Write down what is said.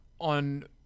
on